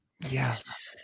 yes